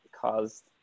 caused